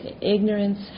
ignorance